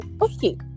okay